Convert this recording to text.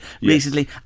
recently